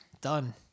Done